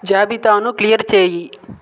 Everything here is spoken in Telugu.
జాబితాను క్లియర్ చేయి